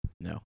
no